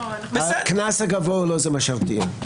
הקנס הגבוה, זה לא מה שירתיע.